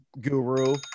guru